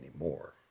anymore